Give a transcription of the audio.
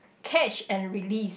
catch and release